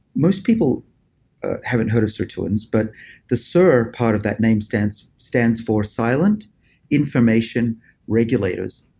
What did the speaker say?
most people haven't heard of sirtuins but the sir part of that name stands stands for silent inflammation regulators.